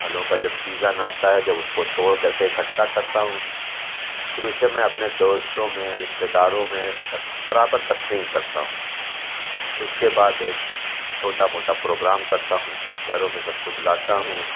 پھلوں کا جب سیزن آتا ہے جب اس کو توڑ کر کے اکٹھا کرتا ہوں پھر اسے میں اپنے دوستوں میں رشتہ داروں میں تقس برابر تقسیم کرتا ہوں اس کے بعد ایک چھوٹا موٹا پروگرام کرتا ہوں گھروں میں سب کو بلاتا ہوں